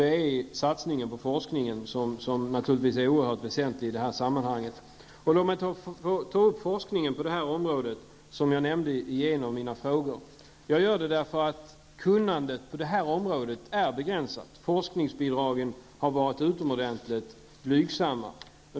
Det gäller då satsningen på forskningen, som naturligtvis är oerhört väsentlig i detta sammanhang. Låt mig ta upp forskningen på det här området, vilken jag aktualiserar i en av mina frågor. Jag vill beröra forskningen därför att kunnandet på det här området är begränsat. Forskningsbidragen har varit utomordentligt blygsamma.